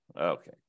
Okay